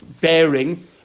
bearing